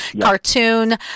cartoon